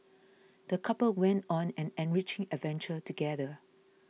the couple went on an enriching adventure together